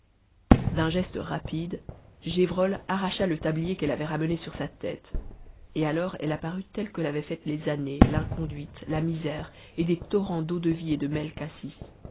d'un geste rapide gévrol arracha le tablier qu'elle avait ramené sur sa tête et alors elle apparut telle que l'avaient faite les années l'inconduite la misère et des torrents d'eau-de-vie et de